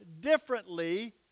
differently